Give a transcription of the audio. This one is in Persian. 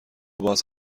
باز